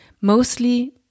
mostly